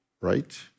Right